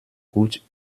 gut